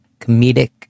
comedic